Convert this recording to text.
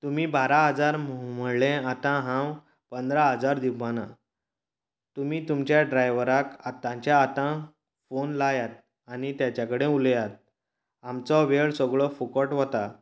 तुमी बारा हजार म्हळें आता हांव पंदरा हजार दिवपाना तुमी तुमच्या ड्रायव्हराक आतांचे आतां फोन लायात आनी तेच्या कडेन उलयात आमचो वेळ सगळो फुकट वता